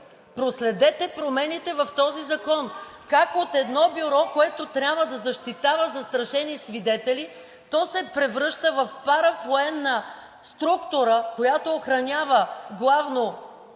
Проследете промените в този закон как от едно бюро, което трябва да защитава застрашени свидетели, се превръща в паравоенна структура, която охранява главно